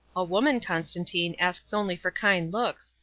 a woman, constantine, asks only for kind looks.